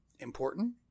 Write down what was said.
important